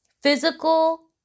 physical